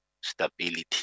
stability